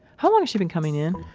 how long has she been coming in?